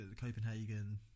Copenhagen